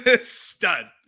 Stud